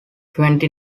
twenty